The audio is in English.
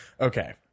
Okay